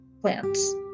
plants